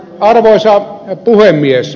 arvoisa puhemies